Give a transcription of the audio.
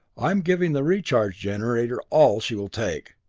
i'm giving the recharge generator all she will take.